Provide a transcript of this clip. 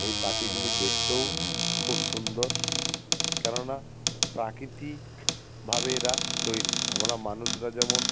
এই পাখিগুলি দেখতেও খুব সুন্দর কেননা প্রাকৃতিকভাবে এরা তৈরি আমরা মানুষরা যেমন